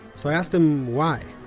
so i asked him why.